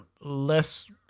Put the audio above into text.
less